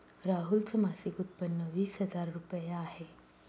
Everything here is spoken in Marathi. राहुल च मासिक उत्पन्न वीस हजार रुपये आहे